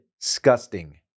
disgusting